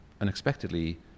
unexpectedly